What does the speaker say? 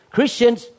Christians